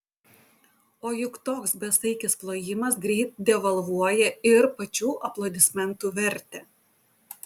o juk toks besaikis plojimas greit devalvuoja ir pačių aplodismentų vertę